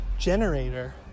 Generator